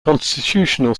constitutional